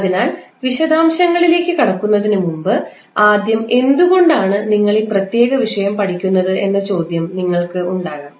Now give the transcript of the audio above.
അതിനാൽ വിശദാംശങ്ങളിലേക്ക് കടക്കുന്നതിന് മുമ്പ് ആദ്യം എന്തുകൊണ്ടാണ് നിങ്ങൾ ഈ പ്രത്യേക വിഷയം പഠിക്കുന്നത് എന്ന ചോദ്യം നിങ്ങൾക്ക് ഉണ്ടാകാം